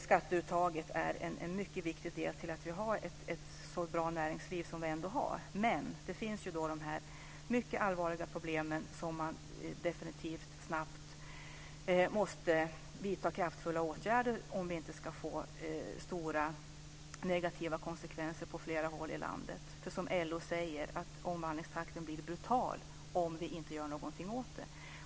Skatteuttaget är en viktig bidragande faktor till att vi har ett så bra näringsliv som vi har. Men samtidigt finns dessa allvarliga problem som man mycket snabbt måste vidta kraftfulla åtgärder mot för att de inte ska få stora negativa konsekvenser på flera håll i landet. Som LO säger blir omvandlingstakten brutal om vi inte gör någonting åt dem.